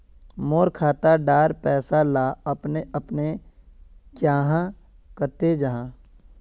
मोर खाता डार पैसा ला अपने अपने क्याँ कते जहा?